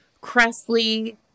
cressley